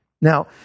Now